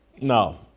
No